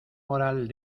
moral